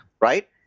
Right